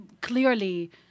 clearly